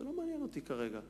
זה לא מעניין אותי כרגע.